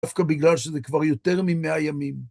דווקא בגלל שזה כבר יותר מ-100 ימים.